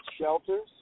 shelters